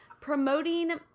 promoting